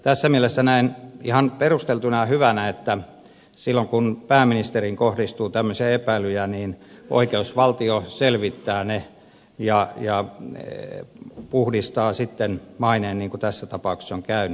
tässä mielessä näen ihan perusteltuna ja hyvänä että silloin kun pääministeriin kohdistuu tämmöisiä epäilyjä niin oikeusvaltio selvittää ne ja puhdistaa sitten maineen niin kuin tässä tapauksessa on käynyt